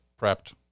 prepped